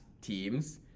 teams